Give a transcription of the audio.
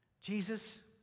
Jesus